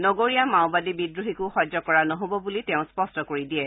নগৰীয়া মাওবাদী বিদ্ৰোহীকো সহ্য কৰা নহ'ব বুলি তেওঁ স্পষ্ট কৰি দিয়ে